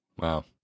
wow